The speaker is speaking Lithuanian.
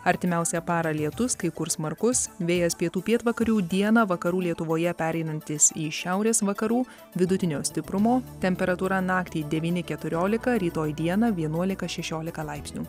artimiausią parą lietus kai kur smarkus vėjas pietų pietvakarių dieną vakarų lietuvoje pereinantis į šiaurės vakarų vidutinio stiprumo temperatūra naktį devyni keturiolika rytoj dieną vienuolika šešiolika laipsnių